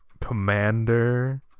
Commander